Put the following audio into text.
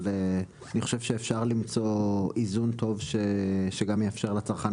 אבל אני חושב שאפשר למצוא איזון טוב שגם יאפשר לצרכן